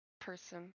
person